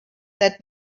that